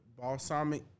balsamic